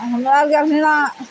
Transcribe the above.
आओर हमरा आरके अभी ना